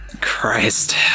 Christ